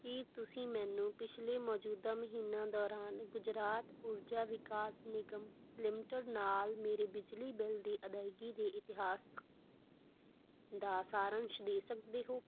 ਕੀ ਤੁਸੀਂ ਮੈਨੂੰ ਪਿਛਲੇ ਮੌਜੂਦਾ ਮਹੀਨਾ ਦੌਰਾਨ ਗੁਜਰਾਤ ਉਰਜਾ ਵਿਕਾਸ ਨਿਗਮ ਲਿਮਟਿਡ ਨਾਲ ਮੇਰੇ ਬਿਜਲੀ ਬਿੱਲ ਦੀ ਅਦਾਇਗੀ ਦੇ ਇਤਿਹਾਸ ਕ ਦਾ ਸਾਰਾਂਸ਼ ਦੇ ਸਕਦੇ ਹੋ